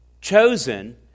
chosen